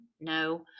No